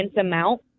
amount